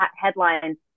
headlines